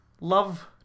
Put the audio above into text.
love